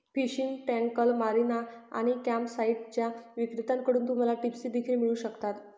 fishing tackle, marina आणि कॅम्पसाइट्सच्या विक्रेत्यांकडून तुम्हाला टिप्स देखील मिळू शकतात